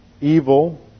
evil